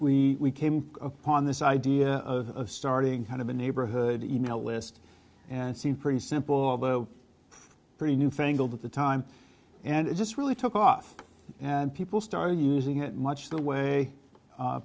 we came upon this idea of starting kind of a neighborhood email list and seemed pretty simple although pretty newfangled at the time and it just really took off and people started using it much the way